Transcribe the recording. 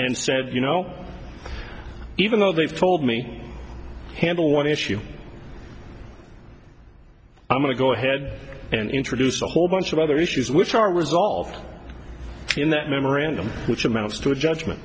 and said you know even though they've told me handle one issue i'm going to go ahead and introduce a whole bunch of other issues which are resolved in that memorandum which amounts to a judgment